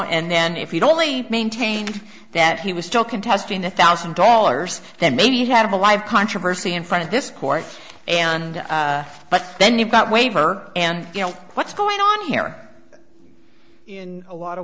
and then if you'd only maintained that he was still contesting the thousand dollars then maybe you have a live controversy in front of this court and but then you've got waiver and you know what's going on here in a lot of